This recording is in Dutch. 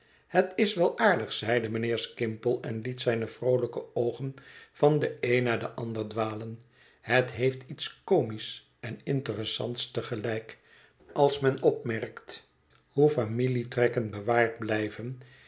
het is wel aardig zeide mijnheer skimpole en liet zijne vroolijke oogen van de een naar de ander dwalen het heeft iets comisch en interessants te gelijk als men opmerkt hoe familietrekken bewaard blijven